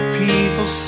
people